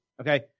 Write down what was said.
okay